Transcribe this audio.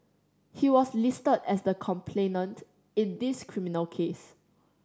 he was listed as the complainant in this criminal case